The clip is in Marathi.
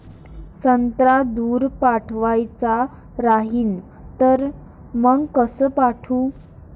संत्रा दूर पाठवायचा राहिन तर मंग कस पाठवू?